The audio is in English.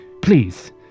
Please